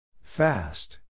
Fast